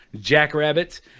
jackrabbits